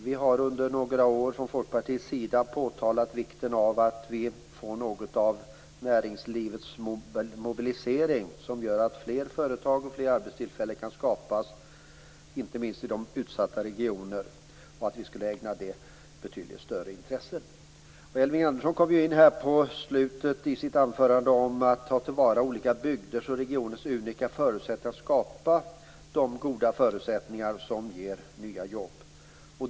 Vi har under några år från Folkpartiets sida påtalat vikten av näringslivets mobilisering som gör att fler företag och arbetstillfällen kan skapas, inte minst i de utsatta regionerna. Vi skall ägna detta betydligt större intresse. Elving Andersson tog upp i slutet av sitt anförande tanken att ta till vara olika bygders och regioners unika möjligheter att skapa de goda förutsättningar som ger jobb.